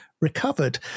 recovered